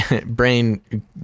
brain